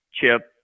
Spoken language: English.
chip